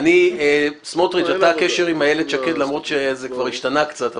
אני מעריכה שלא תהיה בעיה.